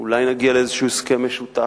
אולי נגיע לאיזה הסכם משותף.